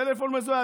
טלפון מזוהה.